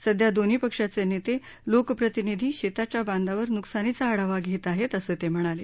सध्या दोन्ही पक्षाचे नेते लोकप्रतिनिधी शेताच्या बांधावर नुकसानीचा आढावा घेत आहेत असं ते म्हणाले